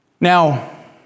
Now